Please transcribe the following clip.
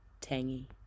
tangy